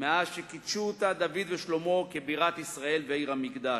מאז קידשו אותה דוד ושלמה כבירת ישראל ועיר המקדש,